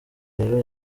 rero